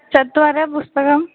चत्वारः पुस्तकम्